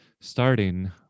starting